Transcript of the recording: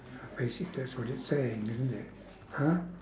basically that's what it's saying isn't it !huh!